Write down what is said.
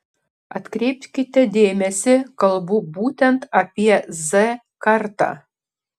atkreipkite dėmesį kalbu būtent apie z kartą